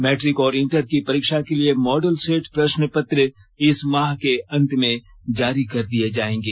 matric और inter की परीक्षा के लिए मॉडल सेट प्रश्न पत्र इस माह के अंत में जारी कर दिए जाएंगे